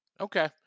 Okay